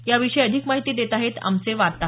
याविषयी अधिक माहिती देत आहेत आमचे वार्ताहर